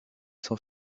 sans